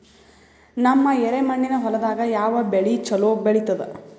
ನಮ್ಮ ಎರೆಮಣ್ಣಿನ ಹೊಲದಾಗ ಯಾವ ಬೆಳಿ ಚಲೋ ಬೆಳಿತದ?